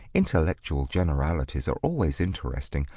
intellectual generalities are always interesting,